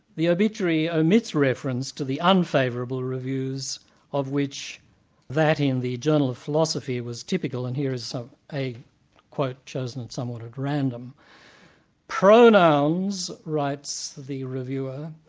the obituary omits reference to the unfavourable reviews of which that in the journal of philosophy was typical, and here is so a quote chosen somewhat at random pronouns, writes the reviewer,